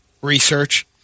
research